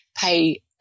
pay